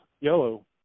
yellow